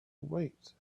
wait